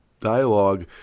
dialogue